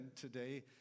today